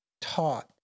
taught